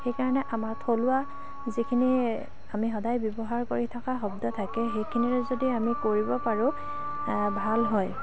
সেইকাৰণে আমাৰ থলুৱা যিখিনি আমি সদায় ব্যৱহাৰ কৰি থকা শব্দ থাকে সেইখিনিৰে যদি আমি কৰিব পাৰোঁ ভাল হয়